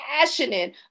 passionate